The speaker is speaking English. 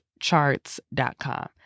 charts.com